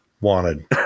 wanted